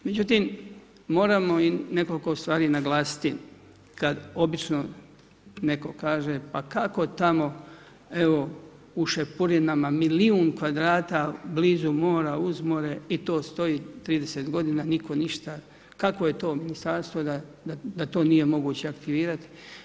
Međutim moramo i nekoliko stvari naglasiti kad obično netko kaže pa kako tamo evo u Šepurinama milijun kvadrata blizu mora, uz more i to stoji 30 godina, nitko ništa, kakvo je to ministarstvo da to nije moguće aktivirati.